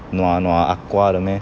nua nua ah gua 的 meh